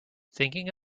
thinking